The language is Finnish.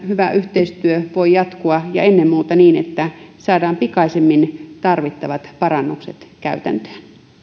hyvä yhteistyö voi jatkua ja ennen muuta niin että saadaan pikaisimmin tarvittavat parannukset käytäntöön